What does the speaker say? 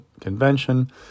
convention